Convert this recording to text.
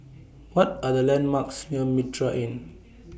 What Are The landmarks near Mitraa Inn